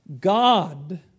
God